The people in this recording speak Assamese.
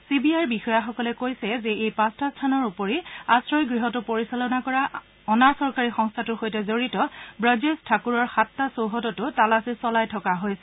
চি বি আইৰ বিষয়াসকলে কৈছে যে এই পাঁচটা স্থানৰ উপৰি আশ্ৰয়গৃহটো পৰিচালনা কৰা অনা চৰকাৰী সংস্থাটোৰ সৈতে জড়িত ব্ৰজেশ ঠাকুৰৰ সাতটা চৌহদতো তালাচী চলাই থকা হৈছে